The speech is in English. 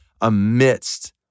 amidst